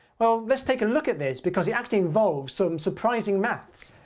well, let's take a look at this, because it actually involves some surprising maths.